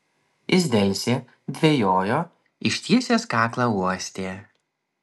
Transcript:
jis delsė dvejojo ištiesęs kaklą uostė